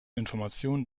information